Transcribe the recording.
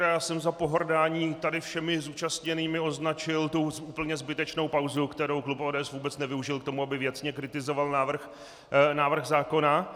Já jsem za pohrdání tady všemi zúčastněnými označil tu úplně zbytečnou pauzu, kterou klub ODS vůbec nevyužil k tomu, aby věcně kritizoval návrh zákona.